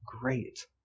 great